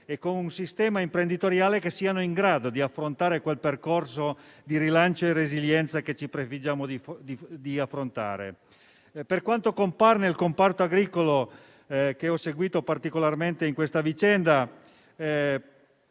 e un sistema imprenditoriale in grado di affrontare quel percorso di rilancio e resilienza che ci prefiggiamo di affrontare. Per quanto riguarda il comparto agricolo, che ho seguito particolarmente in questa vicenda,